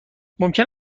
ممکن